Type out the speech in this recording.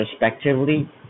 respectively